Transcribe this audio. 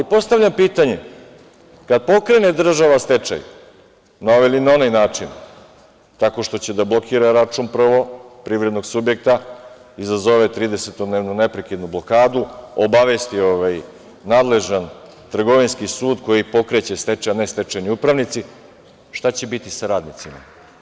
Postavljam pitanje, kada pokrene država stečaj, na ovaj ili na onaj način, tako što će da blokira račun prvo privrednog subjekta, izazove tridesetdnevnu neprekidnu blokadu, obavesti nadležan trogovinski sud koji pokreće stečajni ili ne stečajni upravnici, šta će biti sa radnicima?